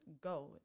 go